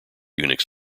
unix